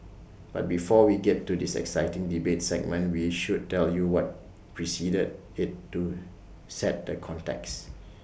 but before we get to this exciting debate segment we should tell you what preceded IT to set the context